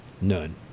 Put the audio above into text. none